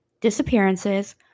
disappearances